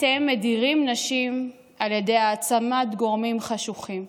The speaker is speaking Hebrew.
אתם מדירים נשים על ידי העצמת גורמים חשוכים,